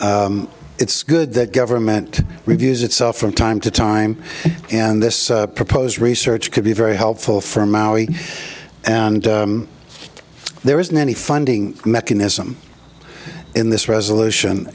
it's good that government reviews itself from time to time and this proposed research could be very helpful for maui and there isn't any funding mechanism in this resolution